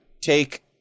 take